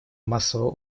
массового